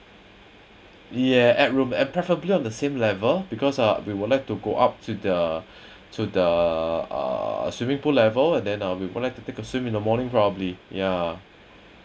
yeah add room and preferably on the same level because uh we would like to go up to the to the uh swimming pool level and then uh we would like to take a swim in the morning probably ya